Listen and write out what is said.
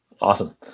Awesome